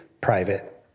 private